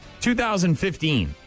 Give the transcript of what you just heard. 2015